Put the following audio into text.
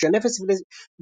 לתשושי נפש ולסיעודיים.